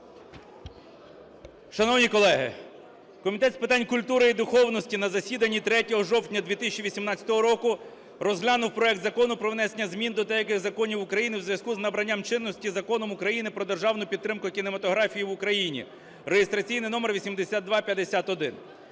Шановні колеги, Комітет з питань культури і духовності на засіданні 3 жовтня 2018 року розглянув проект Закону про внесення змін до деяких законів України у зв'язку з набранням чинності Законом України "Про державну підтримку кінематографії в Україні" (реєстраційний номер 8251).